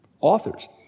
authors